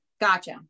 gotcha